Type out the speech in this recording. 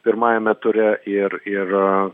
pirmajame ture ir ir